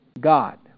God